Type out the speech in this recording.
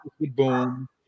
boom